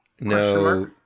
No